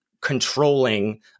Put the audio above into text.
controlling